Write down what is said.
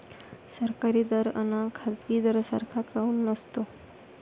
सरकारी दर अन खाजगी दर सारखा काऊन नसतो?